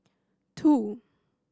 two